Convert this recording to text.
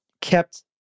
kept